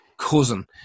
Cousin